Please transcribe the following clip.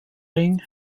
ring